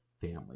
family